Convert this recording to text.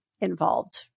involved